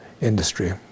industry